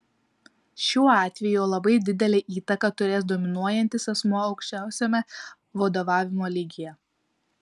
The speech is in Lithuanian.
šiuo atveju labai didelę įtaką turės dominuojantis asmuo aukščiausiame vadovavimo lygyje